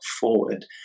forward